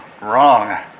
Wrong